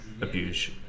abuse